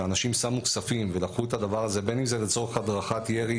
ואנשים שמו כספים ולקחו את הדבר הזה - בין אם זה לצורך הדרכת ירי,